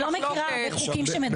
חד-משמעית.